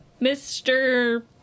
Mr